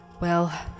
Well